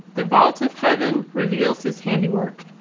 the vault of heaven reveals his handiwork.